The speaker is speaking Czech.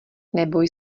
neboj